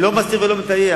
אני לא מסתיר ולא מטייח.